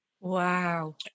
wow